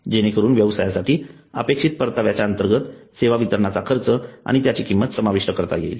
जेणेकरून व्यवसायासाठी अपेक्षित परताव्याच्या अंतर्गत सेवा वितरणाचा खर्च आणि त्याची किंमत समाविष्ट करता येईल